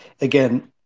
again